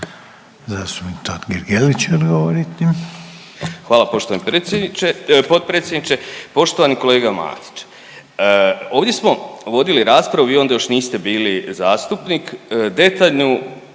**Totgergeli, Miro (HDZ)** Hvala poštovani potpredsjedniče. Poštovani kolega Matić, ovdje smo vodili raspravu vi onda još niste bili zastupnik, detaljnu